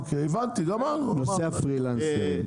אימאן ח'טיב יאסין (רע"מ,